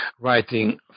writing